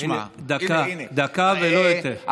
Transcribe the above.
דקה ולא יותר.